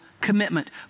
commitment